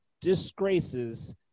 disgraces